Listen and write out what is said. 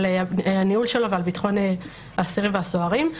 על הניהול שלו ועל ביטחון האסירים והסוהרים.